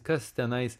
kas tenais